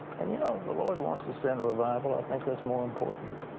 and you know, the lord wants to send revival. i think that's more important.